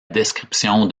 description